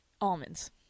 almonds